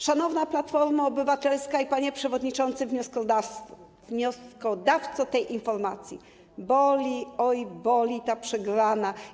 Szanowna Platformo Obywatelska i panie przewodniczący wnioskodawco tej informacji, boli, oj, boli ta przegrana.